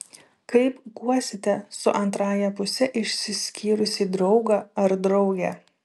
kaip guosite su antrąja puse išsiskyrusį draugą ar draugę